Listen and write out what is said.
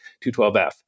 212F